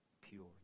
pure